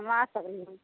हम आ सकली